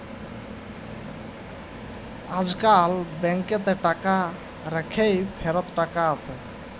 আইজকাল ব্যাংকেতে টাকা রাইখ্যে ফিরত টাকা আসে